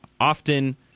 often